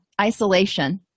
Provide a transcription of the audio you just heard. isolation